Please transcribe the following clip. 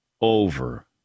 over